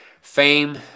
Fame